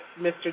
Mr